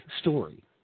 story